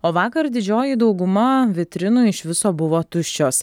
o vakar didžioji dauguma vitrinų iš viso buvo tuščios